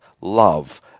love